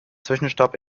zwischenstopp